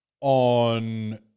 on